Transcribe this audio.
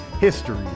History